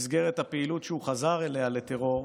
במסגרת הפעילות שהוא חזר אליה, לטרור,